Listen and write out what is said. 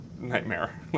Nightmare